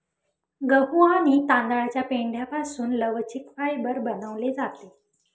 गहू आणि तांदळाच्या पेंढ्यापासून लवचिक फायबर बनवले जाते